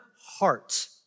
heart